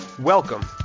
Welcome